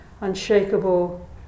unshakable